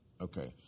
Okay